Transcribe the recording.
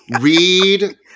read